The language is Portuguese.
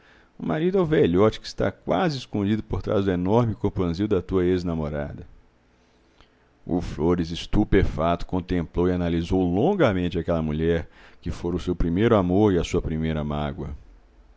marido é o velhote que está quase escondido por trás do enorme corpanzil da tua ex namorada o flores estupefato contemplou e analisou longamente aquela mulher que fora o seu primeiro amor e a sua primeira mágoa